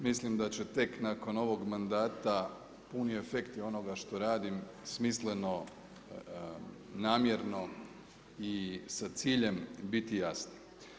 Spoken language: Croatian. Mislim da će tek nakon ovog mandata puni efekti onoga što radim, smisleno, namjerno i sa ciljem, biti jasni.